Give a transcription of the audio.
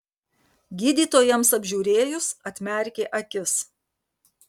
gydytojams apžiūrėjus atmerkė akis